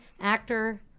Actor